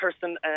person